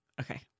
Okay